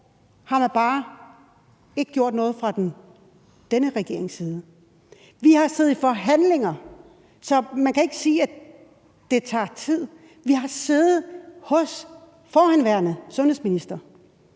har man bare ikke gjort noget fra denne regerings side. Vi har siddet i forhandlinger, så man kan ikke sige, at det tager tid. Vi, alle partier, har siddet hos den forhenværende sundhedsminister